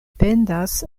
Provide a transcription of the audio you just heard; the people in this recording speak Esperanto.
pendas